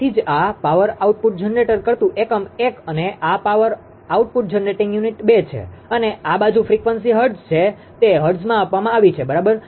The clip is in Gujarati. તેથી જ આ પાવર આઉટપુટ જનરેટ કરતું એકમ 1 અને આ પાવર આઉટપુટ જનરેટિંગ યુનિટ 2 છે અને આ બાજુ ફ્રીક્વન્સી હર્ટ્ઝ છે તે હર્ટ્ઝમાં આપવામાં આવી છે બરાબર